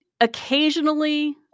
occasionally